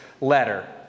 letter